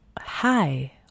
Hi